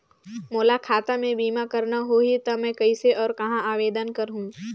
मोला खाता मे बीमा करना होहि ता मैं कइसे और कहां आवेदन करहूं?